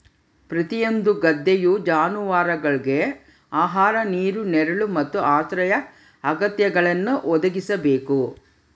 ಪ್ರತಿಯೊಂದು ಗದ್ದೆಯು ಜಾನುವಾರುಗುಳ್ಗೆ ಆಹಾರ ನೀರು ನೆರಳು ಮತ್ತು ಆಶ್ರಯ ಅಗತ್ಯಗಳನ್ನು ಒದಗಿಸಬೇಕು